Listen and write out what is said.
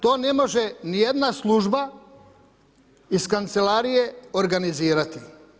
To ne može ni jedna služba iz kancelarije organizirati.